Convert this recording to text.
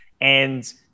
And-